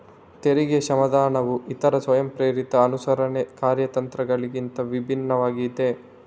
ತೆರಿಗೆ ಕ್ಷಮಾದಾನವು ಇತರ ಸ್ವಯಂಪ್ರೇರಿತ ಅನುಸರಣೆ ಕಾರ್ಯತಂತ್ರಗಳಿಗಿಂತ ಭಿನ್ನವಾಗಿದೆ